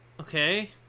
Okay